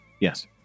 Yes